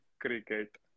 cricket